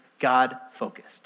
God-focused